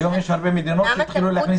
היום יש מדינות שהתחילו להכניס קהל.